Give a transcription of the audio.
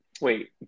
Wait